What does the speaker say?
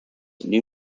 new